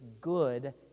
good